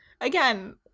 again